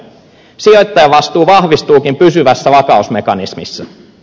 sijoittajavastuu vahvistuukin pysyvässä vakausmekanismissa